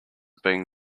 being